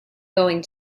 going